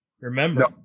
Remember